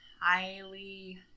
highly